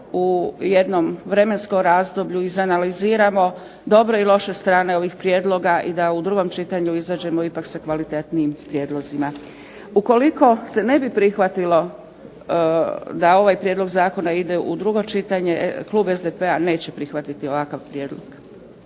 u jednom vremenskom razdoblju izanaliziramo dobre i loše strane ovih prijedloga i da u drugom čitanju izađemo ipak sa kvalitetnijim prijedlozima. Ukoliko se ne bi prihvatilo da ovaj prijedlog zakona ide u drugo čitanje klub SDP-a neće prihvatiti ovakav prijedlog.